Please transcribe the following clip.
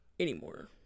anymore